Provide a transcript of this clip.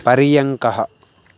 पर्यङ्कः